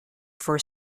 for